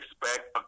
expect